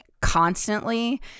constantly